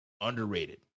Underrated